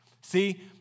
See